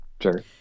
Sure